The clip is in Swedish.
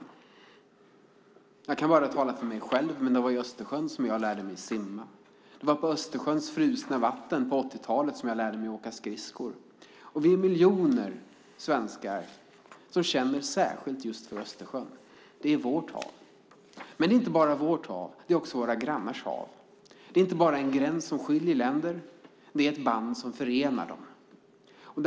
Jag kan bara tala för mig själv. Det var i Östersjön som jag lärde mig simma, och det var på Östersjöns frusna vatten som jag på 1980-talet lärde mig åka skridsko. Vi är miljoner svenskar som känner särskilt just för Östersjön som är vårt hav. Men Östersjön är inte bara vårt hav utan också våra grannars hav. Östersjön är inte bara en gräns som skiljer länder åt utan också ett band som förenar länder.